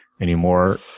anymore